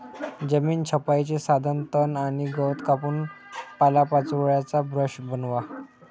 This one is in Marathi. जमीन छपाईचे साधन तण आणि गवत कापून पालापाचोळ्याचा ब्रश बनवा